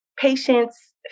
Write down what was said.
patients